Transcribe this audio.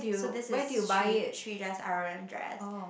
so this is Sri~ Srijah's R_O_M dress